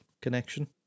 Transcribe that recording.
connection